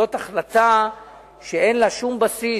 זאת החלטה שאין לה שום בסיס,